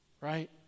right